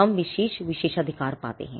हम विशेष विशेषाधिकार पाते हैं